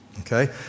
Okay